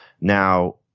now